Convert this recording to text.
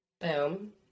Boom